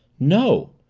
no,